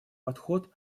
подход